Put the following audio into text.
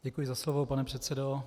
Děkuji za slovo, pane předsedo.